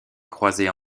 croiser